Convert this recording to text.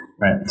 Right